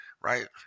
right